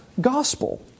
gospel